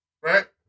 Right